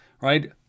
right